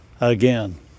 again